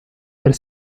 per